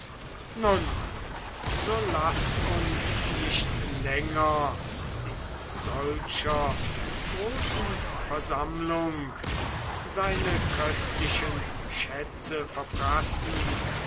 nun so laßt uns nicht länger in solcher großen versammlung seine köstlichen schätze